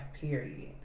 period